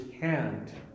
hand